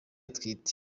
atwite